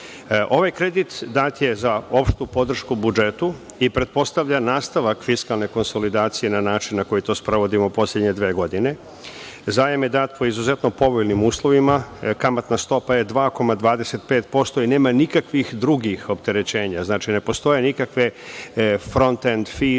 kredit dat je za opštu podršku u budžetu i pretpostavlja nastavak fiskalne konsolidacije na način na koji to sprovodimo poslednje dve godine. Zajam je dat po izuzetno povoljnim uslovima, kamatna stopa je 2,25% i nema nikakvih drugih opterećenja. Znači, ne postoje nikakve fronten, fiz,